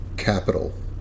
capital